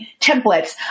templates